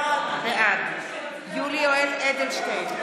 בעד יולי יואל אדלשטיין,